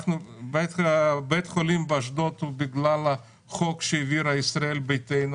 בית החולים באשדוד הוא בגלל החוק שהעבירה ישראל ביתנו,